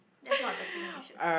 that's not the thing you should save